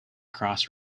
cross